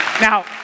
Now